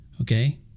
Okay